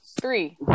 three